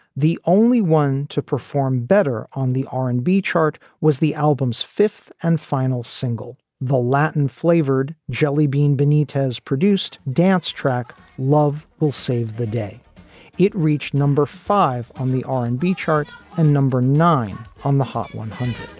the only one to perform better on the r and b chart was the album's fifth and final single. the latin flavored jelly bean benitez produced dance track love will save the day it reached number five on the r and b chart and number nine on the hot one